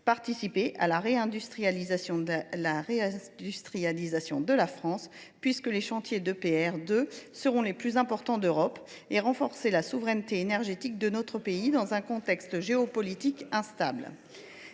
participer à la réindustrialisation de la France – nos chantiers d’EPR2 seront les plus importants d’Europe ; enfin, renforcer la souveraineté énergétique de notre pays, dans un contexte géopolitique instable.